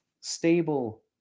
stable